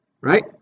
right